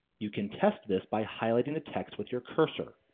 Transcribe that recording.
you can test this by highlighting the text with your cursor.